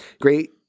Great